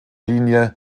linie